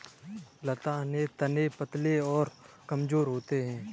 लता के तने पतले और कमजोर होते हैं